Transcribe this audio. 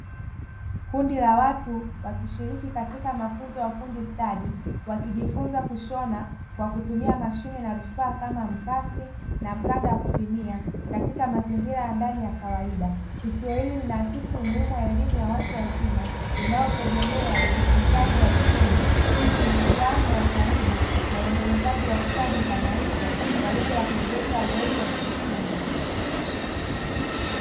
Kundi la watu wakishiriki katika mafunzo ya ufundi stadi, wakijifunza kushona kwa kutumia mashine na vifaa kama mkasi na mkanda wa kupimia, katika mazingira ya ndani ya kawaida. Tukio hili linaonyesha umuhimu wa elimu ya watu wazima inayotegemea ujifunzaji wa vitendo, ushirikiano wa karibu na uendelezaji wa stadi za maisha kwa lengo la kuongeza uwezo wa kiuchumi.